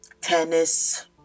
tennis